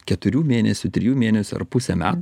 keturių mėnesių trijų mėnesių ar pusę metų